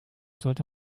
sollte